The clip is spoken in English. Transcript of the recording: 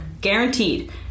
Guaranteed